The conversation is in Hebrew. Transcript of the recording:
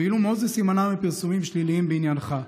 ואילו מוזס יימנע מפרסומים שליליים בעניינך.